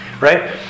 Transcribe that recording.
right